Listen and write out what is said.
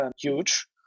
huge